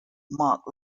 mark